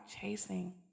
chasing